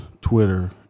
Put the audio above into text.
Twitter